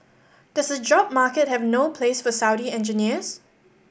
does the job market have no place for Saudi engineers